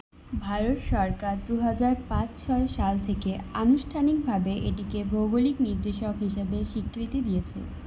ভারত সরকার দু হাজার পাঁচ ছয় সাল থেকে আনুষ্ঠানিকভাবে এটিকে ভৌগোলিক নির্দেশক হিসাবে স্বীকৃতি দিয়েছে